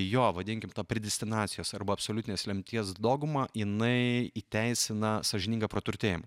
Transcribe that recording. jo vadinkim ta predestinacijos arba absoliutinės lemties dogma jinai įteisina sąžiningą praturtėjimą